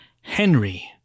Henry